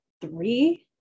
three